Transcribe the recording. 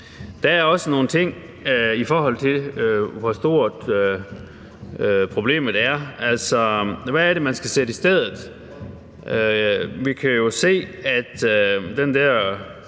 Der er også nogle ting, i forhold til hvor stort problemet er. Altså, hvad er det, man skal sætte i stedet? Vi kan jo se, at den der